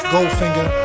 Goldfinger